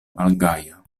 malgaja